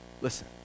Listen